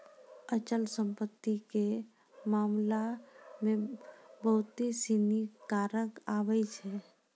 अचल संपत्ति के मामला मे बहुते सिनी कारक आबै छै